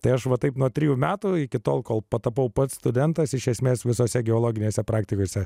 tai aš va taip nuo trijų metų iki tol kol patapau pats studentas iš esmės visose geologinėse praktikose